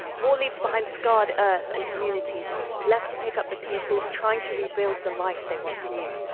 war leaves behind scarred earth and communities left to pick up the pieces, trying to rebuild the life they once knew.